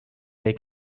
they